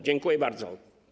Dziękuję bardzo.